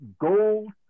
gold